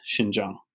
Xinjiang